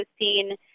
seen